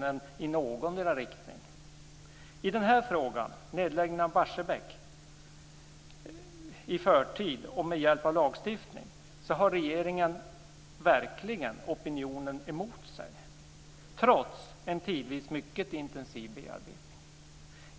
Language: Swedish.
den i någondera riktningen. I den här frågan, nedläggningen av Barsebäck i förtid med hjälp av lagstiftning, har regeringen verkligen opinionen mot sig, trots en tidvis mycket intensiv bearbetning.